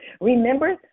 Remember